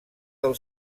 del